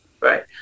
Right